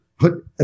put